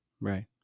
Right